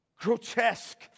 grotesque